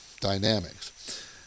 dynamics